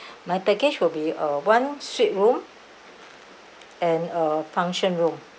my package will be uh one suite room and a function room